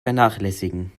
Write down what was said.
vernachlässigen